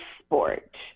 sport